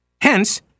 Hence